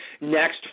next